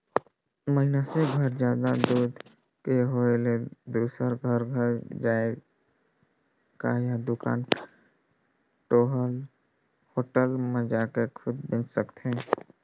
मइनसे घर जादा दूद के होय ले दूसर घर घर जायके या दूकान, होटल म जाके दूद बेंच सकथे